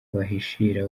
bahishira